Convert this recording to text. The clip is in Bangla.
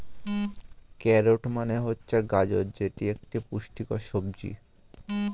ক্যারোট মানে হচ্ছে গাজর যেটি একটি পুষ্টিকর সবজি